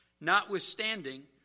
Notwithstanding